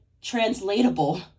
translatable